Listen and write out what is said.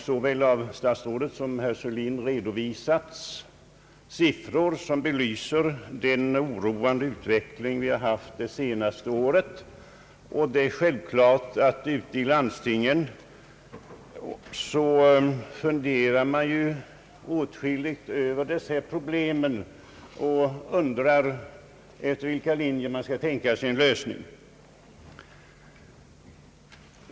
Såväl statsrådet som herr Sörlin har redovisat siffror som belyser den oroande utveckling vi har haft det senaste året, och det är självklart att man ute i landstingen funderar åtskilligt över dessa problem och undrar efter vilka linjer man kan tänka sig en lösning.